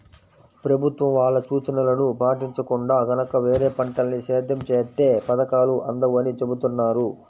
ప్రభుత్వం వాళ్ళ సూచనలను పాటించకుండా గనక వేరే పంటల్ని సేద్యం చేత్తే పథకాలు అందవని చెబుతున్నారు